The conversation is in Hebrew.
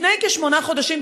לפני כשמונה חודשים,